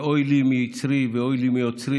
של אוי לי מיצרי ואוי לי מיוצרי